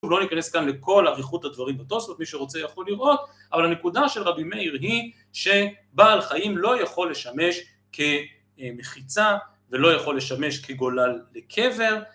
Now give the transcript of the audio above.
ולא ניכנס כאן לכל אריכות הדברים בתוספות, מי שרוצה יכול לראות, אבל הנקודה של רבי מאיר היא, שבעל חיים לא יכול לשמש כמחיצה ולא יכול לשמש כגולל לקבר.